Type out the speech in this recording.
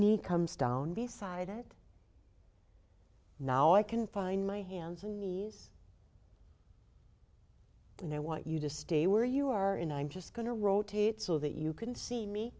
need comes down beside it now i can find my hands and knees and i want you to stay where you are in i'm just going to rotate so that you can see me